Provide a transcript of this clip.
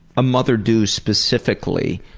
a mother do specifically